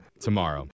tomorrow